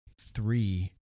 three